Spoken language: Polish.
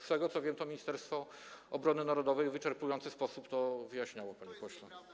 Z tego, co wiem, to Ministerstwo Obrony Narodowej w wyczerpujący sposób to wyjaśniało, panie pośle.